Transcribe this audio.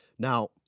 Now